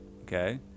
okay